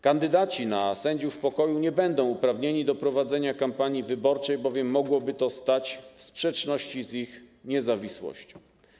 Kandydaci na sędziów pokoju nie będą uprawnieni do prowadzenia kampanii wyborczej, bowiem mogłoby to stać w sprzeczności z ich niezawisłością.